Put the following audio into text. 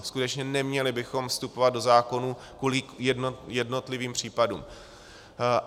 Skutečně, neměli bychom vstupovat do zákonů kvůli jednotlivým případům.